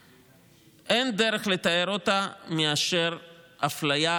אין דרך לתאר את הגישה הזאת מאשר אפליה